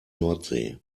nordsee